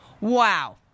Wow